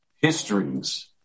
histories